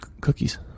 cookies